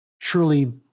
truly